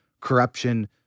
corruption